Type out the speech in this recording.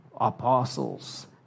apostles